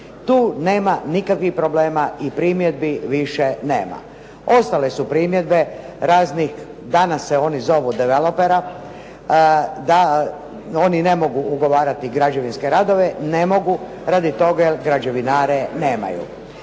Tu nema nikakvih problema i primjedbi više nema. Ostale su primjedbe raznih, danas se one zovu devalopera da oni ne mogu ugovarati građevinske radove, ne mogu radi toga jer građevinare nemaju.